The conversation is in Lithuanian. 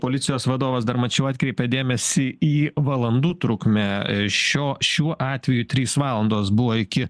policijos vadovas dar mačiau atkreipė dėmesį į valandų trukmę šio šiuo atveju trys valandos buvo iki